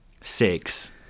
six